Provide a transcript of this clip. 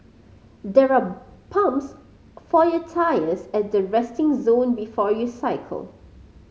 there are pumps for your tyres at the resting zone before you cycle